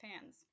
fans